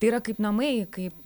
tai yra kaip namai kaip